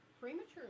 premature